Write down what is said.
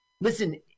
Listen